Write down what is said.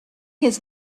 his